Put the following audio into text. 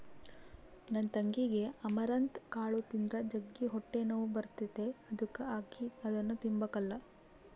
ನನ್ ತಂಗಿಗೆ ಅಮರಂತ್ ಕಾಳು ತಿಂದ್ರ ಜಗ್ಗಿ ಹೊಟ್ಟೆನೋವು ಬರ್ತತೆ ಅದುಕ ಆಕಿ ಅದುನ್ನ ತಿಂಬಕಲ್ಲ